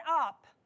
up